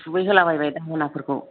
खुबैहोला बायबाय दाहोना फोरखौ